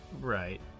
Right